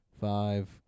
Five